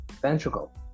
ventricle